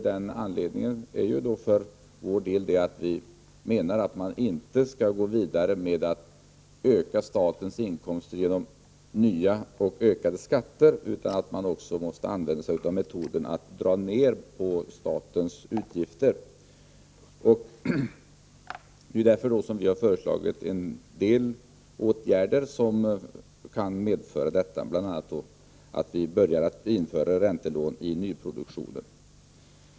Den anledningen är för vår del att vi anser att man inte skall gå vidare med att öka statens inkomster genom nya och högre skatter, utan att man måste använda metoden att dra ned statens utgifter. Vi har därför föreslagit en del åtgärder i den riktningen, bl.a. införande av räntelån i nyproduktionen.